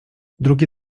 drugie